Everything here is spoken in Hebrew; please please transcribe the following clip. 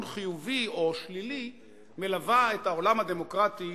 חיובי או שלילי מלווה את העולם הדמוקרטי